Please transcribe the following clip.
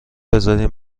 بذارین